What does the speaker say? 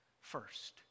first